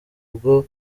bwo